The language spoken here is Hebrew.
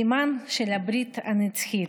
סימן של הברית הנצחית.